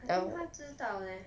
I think 他知道 leh